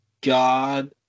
God